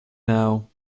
now